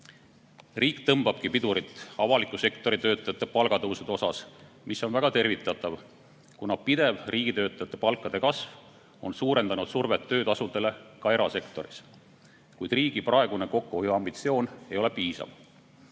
tõmbabki pidurit avaliku sektori töötajate palgatõusude osas, mis on väga tervitatav, kuna pidev riigitöötajate palkade kasv on suurendanud survet töötasudele ka erasektoris. Kuid riigi praegune kokkuhoiuambitsioon ei ole piisav. Tänane